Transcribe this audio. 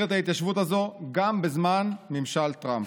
את ההתיישבות הזאת גם בזמן ממשל טראמפ.